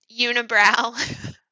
unibrow